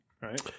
Right